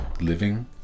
living